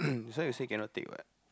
this one you say cannot take what